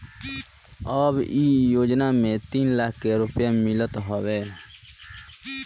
अब इ योजना में तीन लाख के रुपिया मिलत हवे